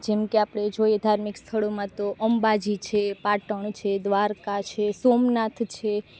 જેમ કે આપણે જોઈએ ધાર્મિક સ્થળોમાં તો અંબાજી છે પાટણ છે દ્વારકા છે સોમનાથ છે